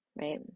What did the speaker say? right